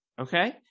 Okay